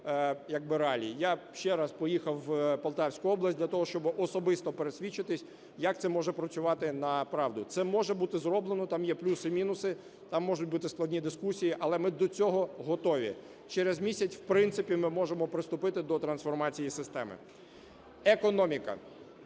Я, ще раз, поїхав в Полтавську область для того, щоби особисто пересвідчитися, як це може працювати направду. Це може бути зроблено, там є плюси-мінуси, там можуть бути складні дискусії, але ми до цього готові. Через місяць, в принципі, ми можемо приступити до трансформації системи. Економіка.